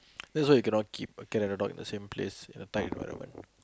that's why you cannot keep a cat and a dog in a same place they attack each other what